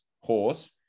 horse